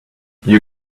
you